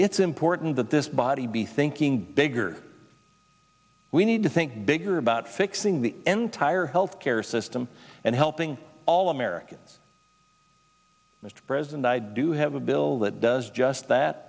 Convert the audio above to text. it's important that this body be thinking bigger we need to think bigger about fixing the n tire health care system and helping all americans mr president i do have a bill that does just that